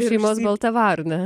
šeimos balta varna